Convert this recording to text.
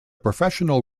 professional